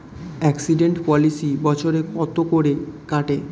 Accident policy বছরে কত করে কাটে?